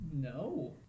No